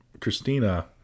Christina